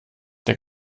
der